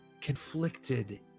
conflicted